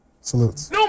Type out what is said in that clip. Salutes